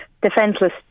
defenseless